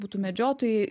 būtų medžiotojai